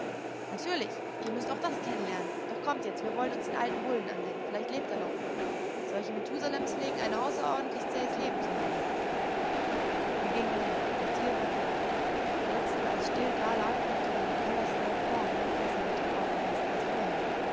natürlich ihr müßt auch das kennen lernen doch kommt jetzt wir wollen uns den alten bullen ansehen vielleicht lebt er noch solche methusalems pflegen ein außerordentlich zähes leben zu haben wir gingen hin das tier war tot jetzt da es still dalag konnte man die kolossalen formen noch besser mit den augen messen als vorher